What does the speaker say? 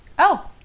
oh!